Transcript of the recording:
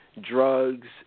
drugs